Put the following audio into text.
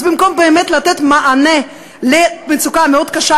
אז במקום באמת לתת מענה למצוקה מאוד קשה,